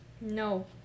no